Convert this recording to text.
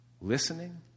listening